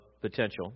potential